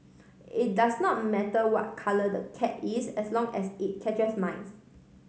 it does not matter what colour the cat is as long as it catches mice